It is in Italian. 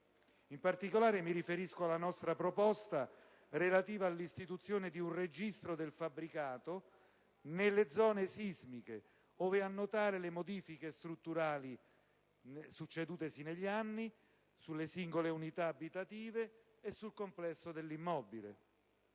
In particolare, mi riferisco alla nostra proposta relativa all'istituzione di un registro del fabbricato nelle zone sismiche, ove annotare le modifiche strutturali succedutesi negli anni sulle singole unità abitative e sul complesso dell'immobile.